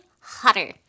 hotter